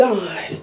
God